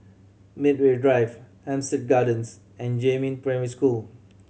Medway Drive Hampstead Gardens and Jiemin Primary School